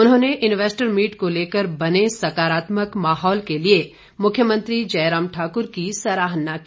उन्होंने investor meet को लेकर बने सकारात्मक महौल के लिए मुख्यमंत्री जयराम ठाकुर की सराहना की